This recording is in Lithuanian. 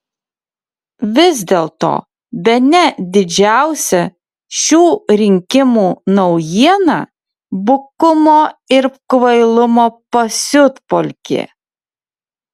vis dėlto bene didžiausia šių rinkimų naujiena bukumo ir kvailumo pasiutpolkė